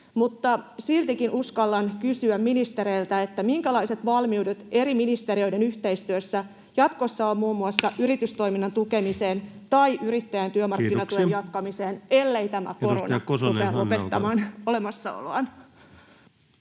siltikin uskallan kysyä ministereiltä: minkälaiset valmiudet eri ministeriöiden yhteistyössä jatkossa on muun muassa yritystoiminnan tukemiseen tai yrittäjien työmarkkinatuen jatkamiseen, [Puhemies: Kiitoksia!] ellei tämä korona rupea lopettamaan olemassaoloaan?